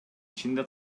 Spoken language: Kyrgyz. ичинде